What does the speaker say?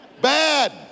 Bad